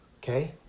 Okay